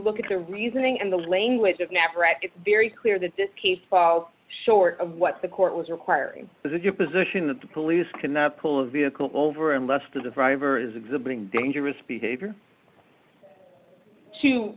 look at the reasoning and the language of navarette it's very clear that this case falls short of what the court was requiring as is your position that the police cannot pull a vehicle over unless the driver is exhibiting dangerous behavior to